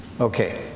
okay